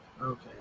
Okay